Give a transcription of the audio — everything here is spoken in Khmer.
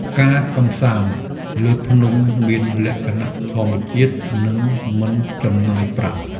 ការកម្សាន្តលើភ្នំមានលក្ខណៈធម្មជាតិ និងមិនចំណាយប្រាក់។